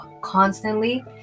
constantly